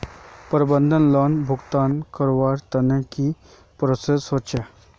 प्रबंधन लोन भुगतान करवार तने की की प्रोसेस होचे?